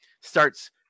starts